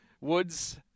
Woods